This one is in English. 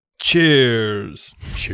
Cheers